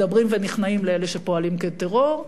מדברים ונכנעים לאלה שפועלים כטרור,